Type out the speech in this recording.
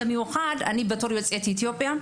במיוחד אני בתור יוצאת אתיופיה,